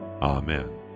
Amen